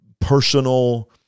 personal